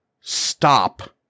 Stop